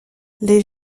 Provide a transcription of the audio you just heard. les